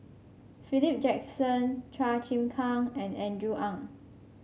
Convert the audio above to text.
Philip Jackson Chua Chim Kang and Andrew Ang